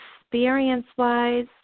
experience-wise